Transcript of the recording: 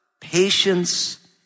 patience